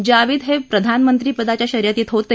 जावेद हे प्रधानमंत्रीपदाच्या शर्यतीत होते